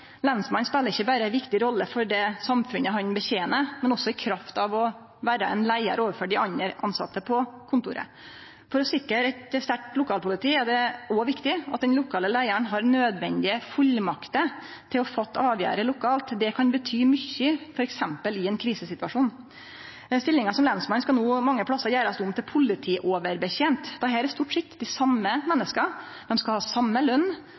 Lensmannen spelar ikkje berre ei viktig rolle for det samfunnet han betener, men også i kraft av å vere ein leiar overfor dei andre tilsette på kontoret. For å sikre eit sterkt lokalpoliti er det òg viktig at den lokale leiaren har nødvendige fullmakter til å fatte avgjerder lokalt. Det kan bety mykje f.eks. i ein krisesituasjon. Stillinga som lensmann skal no mange plassar gjerast om til politioverbetjent. Dette er stort sett dei same menneska. Dei skal ha same